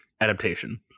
adaptation